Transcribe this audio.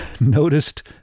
noticed